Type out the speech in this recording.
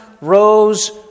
rose